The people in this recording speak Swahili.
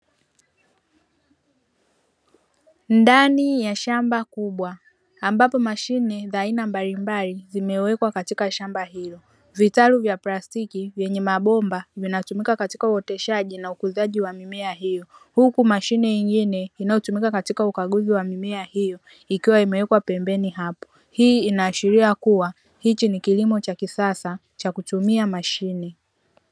Ndani ya shamba kubwa, ambapo mashine za aina mbalimbali, zimewekwa katika shamba hilo. Vitalu vya plastiki vyenye mabomba vinatumika katika uoteshaji na ukuzaji wa mimea hiyo, huku mashine nyingine inayotumika katika ukaguzi wa mimea hiyo; ikiwa imewekwa pembeni hapo. Hii inaashiria kuwa hichi ni kilimo cha kisasa cha kutumia mashine.